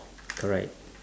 correct